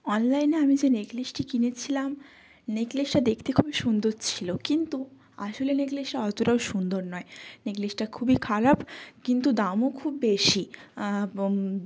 অনলাইনে আমি যে নেকলেসটি কিনেছিলাম নেকলেসটা দেকতে খুবই সুন্দর ছিল কিন্তু আসলে নেকলেসটা অতটাও সুন্দর নয় নেকলেসটা খুবই খারাপ কিন্তু দামও খুব বেশি এবং